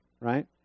right